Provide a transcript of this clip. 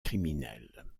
criminelles